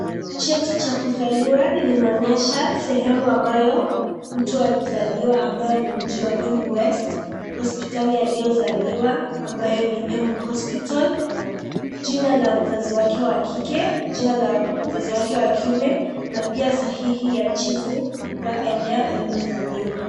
Cheti cha kuzaliwa linaonyesha sehemu ambayo mtu alizaliwa ambayo ni mji wa embu west , hospitali aliozaliwa ambayo ni embu hospital , jina la mzazi wake wa kike ,jina la mzazi wake wa kiume na pia sahihi ya chifu wa eneo aliyozaliwa.